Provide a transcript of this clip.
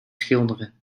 schilderen